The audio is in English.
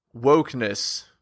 wokeness